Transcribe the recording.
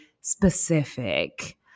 specific